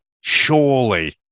Surely